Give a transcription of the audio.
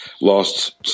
lost